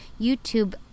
YouTube